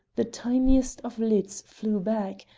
the tiniest of lids flew back,